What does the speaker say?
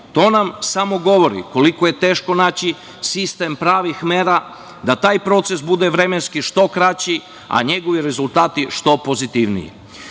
To nam samo govori koliko je teško naći sistem pravih mera, da taj proces bude vremenski što kraći, a njegovi rezultati što pozitivniji. Takođe,